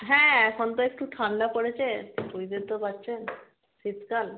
হ্যাঁ এখন তো একটু ঠান্ডা পড়েছে বুঝতেই তো পারছেন শীতকাল